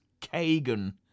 Kagan